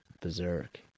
Berserk